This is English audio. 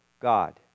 God